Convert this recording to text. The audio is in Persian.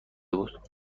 بود